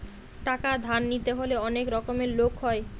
টাকা ধার নিতে হলে অনেক রকমের লোক হয়